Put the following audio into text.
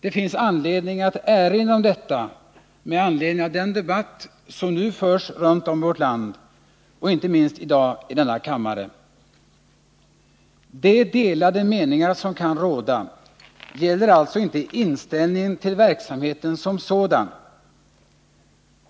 Det finns anledning att erinra om detta med anledning av den debatt som nu förs runt omi vårt land och inte minst i dag i denna kammare. De delade meningar som kan råda gäller alltså inte inställningen till verksamheten som sådan.